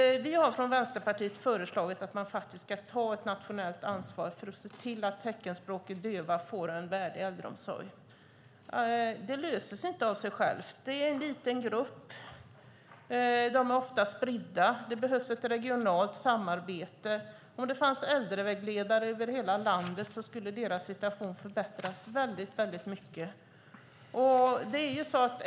Från Vänsterpartiet har vi föreslagit att man ska ta ett nationellt ansvar för att se till att teckenspråkiga döva får en värdig äldreomsorg. Det löser sig inte av sig självt. Det är en liten grupp. De är ofta spridda. Det behövs ett regionalt samarbete. Om det fanns äldrevägledare över hela landet skulle deras situation förbättras väldigt mycket.